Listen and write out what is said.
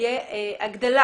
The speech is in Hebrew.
תהיה הגדלה.